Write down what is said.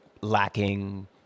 lacking